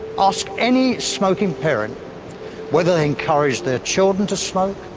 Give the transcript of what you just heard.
ask any smoking parent whether they encouraged there children to smoke.